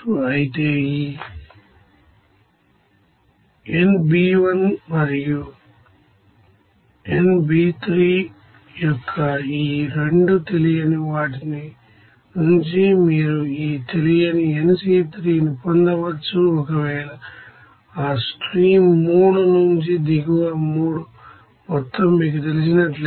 అయితే ఈ nB1 మరియు nB3యొక్క ఈ 2 తెలియని వాటిని నుంచి మీరు ఈ తెలియనిnC3ని పొందవచ్చు ఒకవేళ ఆ స్ట్రీమ్ 3 నుంచి దిగువ B మొత్తం మీకు తెలిసినట్లయితే